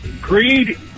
greed